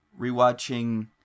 Rewatching